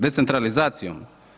Decentralizacijom?